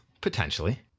potentially